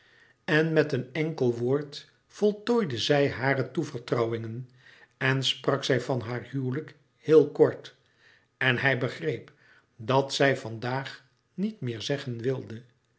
en met een enkel woord voltooide zij hare toevertrouwingen en sprak zij van haar huwelijk heel kort en hij begreep dat zij van daag niet meer zeggen wilde